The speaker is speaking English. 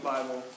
Bible